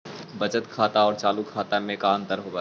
बचत खाता और चालु खाता में का अंतर होव हइ?